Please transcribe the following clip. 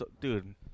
dude